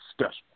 special